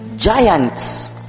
Giants